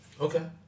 Okay